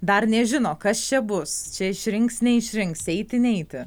dar nežino kas čia bus čia išrinks neišrinks eiti neiti